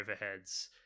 overheads